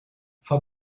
how